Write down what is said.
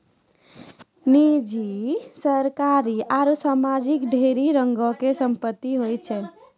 निजी, सरकारी आरु समाजिक ढेरी रंगो के संपत्ति होय छै